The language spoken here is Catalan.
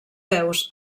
peus